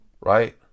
Right